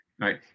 right